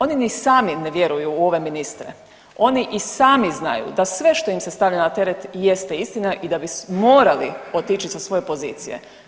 Oni ni sami ne vjeruju u ove ministre, oni i sami znaju da sve što im se stavlja na teret jeste istina i da bi morali otići sa svoje pozicije.